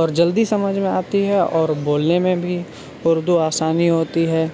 اور جلدی سمجھ میں آتی ہے اور بولنے میں بھی اردو آسانی ہوتی ہے